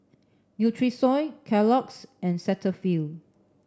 Nutrisoy Kellogg's and Cetaphil